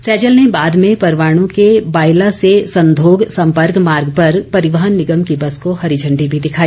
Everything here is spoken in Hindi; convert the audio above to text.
सैजल ने बाद में परवाणू के बायला से संघोग संपर्क मार्ग पर परिवहन निगम की बस को हरी झण्डी भी दिखाई